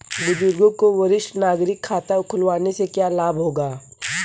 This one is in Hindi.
बुजुर्गों को वरिष्ठ नागरिक खाता खुलवाने से क्या लाभ होगा?